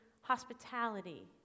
hospitality